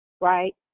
right